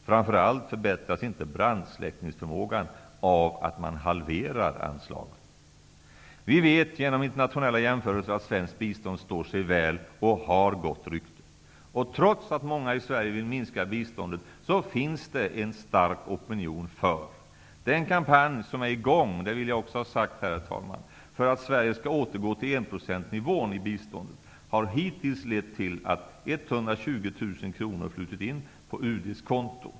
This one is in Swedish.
Framför allt förbättras inte brandsläckningsförmågan av att man halverar anslaget. Vi vet genom internationella jämförelser att svenskt bistånd står sig väl och har gott rykte. Och trots att många i Sverige vill minska biståndet finns det en stark opinion för. Den kampanj som är i gång för att Sverige skall återgå till enprocentsnivån i biståndet har hittills lett till att 120 000 kr flutit in på UD:s konto.